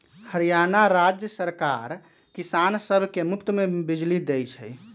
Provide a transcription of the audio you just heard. हरियाणा राज्य सरकार किसान सब के मुफ्त में बिजली देई छई